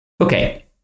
Okay